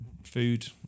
food